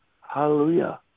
Hallelujah